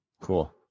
Cool